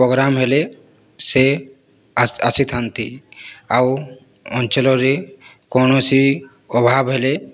programme ହେଲେ ସେ ଆସି ଆସିଥାନ୍ତି ଆଉ ଅଞ୍ଚଳରେ କୌଣସି ଅଭାବ ହେଲେ